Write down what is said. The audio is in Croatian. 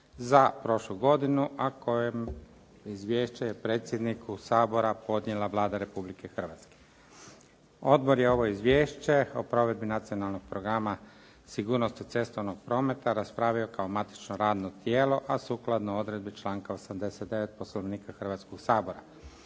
za prošlu godinu, a kojem izvješće je predsjedniku Sabora podnijela Vlada Republike Hrvatske. Odbor je ovo izvješće o provedbi Nacionalnog programa sigurnosti cestovnog prometa raspravio kao matično radno tijelo, a sukladno odredbi članka 89. Poslovnika Hrvatskog sabora.